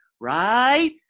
right